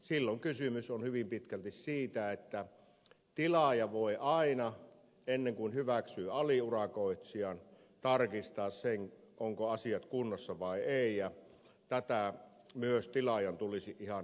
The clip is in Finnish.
silloin kysymys on hyvin pitkälti siitä että tilaaja voi aina ennen kuin hyväksyy aliurakoitsijan tarkistaa ovatko asiat kunnossa vai ei ja tätä myös tilaajan tulisi ihan oikeasti käyttää